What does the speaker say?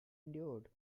endured